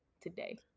today